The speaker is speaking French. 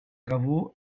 travaux